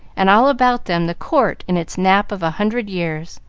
and all about them the court in its nap of a hundred years.